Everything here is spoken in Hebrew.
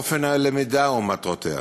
באופן הלמידה ובמטרותיה.